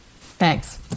Thanks